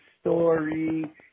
story